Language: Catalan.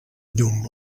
llum